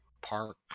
park